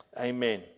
Amen